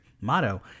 Motto